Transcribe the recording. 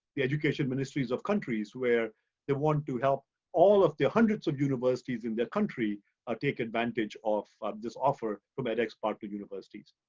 the education ministries of countries where they want to help all of the hundreds of universities in their country ah take advantage of this offer from edx partner universities.